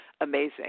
amazing